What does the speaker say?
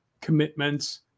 commitments